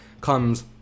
comes